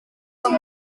con